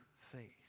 faith